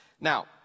Now